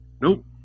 Nope